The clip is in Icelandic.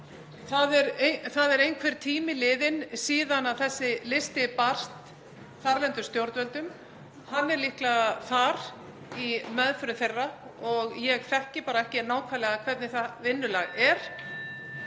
Það er einhver tími liðinn síðan þessi listi barst þarlendum stjórnvöldum og hann er líklega þar í meðförum þeirra. Ég þekki ekki nákvæmlega hvernig það vinnulag er